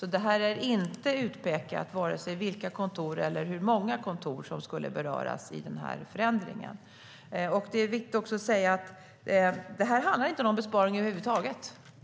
Det är alltså inte utpekat vare sig vilka eller hur många kontor som skulle beröras av förändringen. Det här handlar inte om någon besparing över huvud taget.